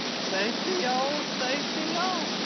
safety on, safety off.